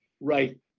right